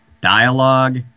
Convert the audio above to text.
dialogue